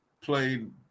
played